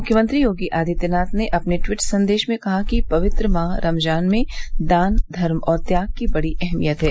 मुख्यमंत्री योगी आदित्यनाथ ने अपने ट्वीट संदेश में कहा कि पवित्र माह रमजान में दान धर्म और त्याग की बड़ी अहमियत है